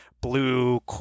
blue